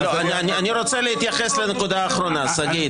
אני רוצה להתייחס לנקודה אחרונה, שגית